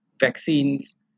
vaccines